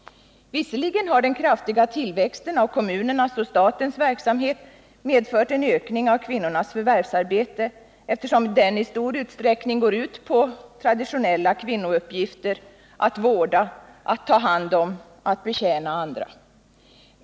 Visserligen har den kraftiga tillväxten av kommunernas och statens verksamhet medfört en ökning av kvinnornas förvärvsarbete, eftersom den verksamheten i stor utsträckning går ut på traditionella kvinnouppgifter — att vårda, att ta hand om, att betjäna andra.